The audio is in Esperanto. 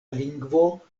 lingvo